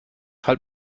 halt